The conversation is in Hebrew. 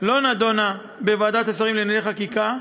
לא נדונה בוועדת השרים לענייני חקיקה,